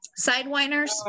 Sidewinders